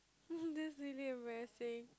that's really embarrassing